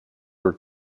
are